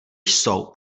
jsou